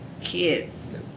kids